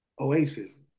oasis